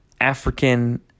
African